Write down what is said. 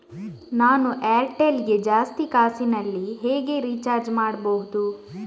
ನಾವು ಏರ್ಟೆಲ್ ಗೆ ಜಾಸ್ತಿ ಕಾಸಿನಲಿ ಹೇಗೆ ರಿಚಾರ್ಜ್ ಮಾಡ್ಬಾಹುದು?